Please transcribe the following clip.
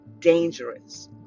dangerous